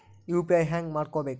UPI ಹ್ಯಾಂಗ ಮಾಡ್ಕೊಬೇಕ್ರಿ?